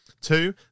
two